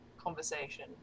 conversation